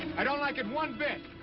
i don't like it one bit.